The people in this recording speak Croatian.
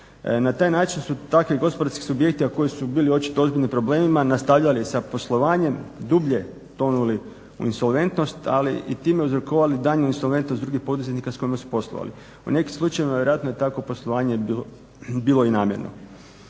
Na taj način su takvi gospodarski subjekti, a koji su bili očito u ozbiljnim problemima nastavljali sa poslovanjem, dublje tonuli u insolventnost, ali i time uzrokovali daljnju insolventnost drugih poduzetnika s kojima su poslovali. U nekim slučajevima vjerojatno je takvo poslovanje bilo i namjerno.